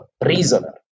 prisoner